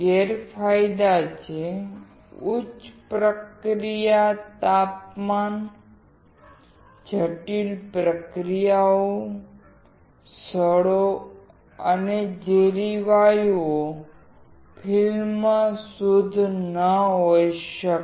ગેરફાયદા છે ઉચ્ચ પ્રક્રિયા તાપમાન જટિલ પ્રક્રિયાઓ સડો અને ઝેરી વાયુઓ ફિલ્મ શુદ્ધ ન હોઈ શકે